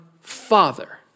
Father